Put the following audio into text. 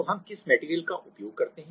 तो हम किस मेटेरियल का उपयोग करते हैं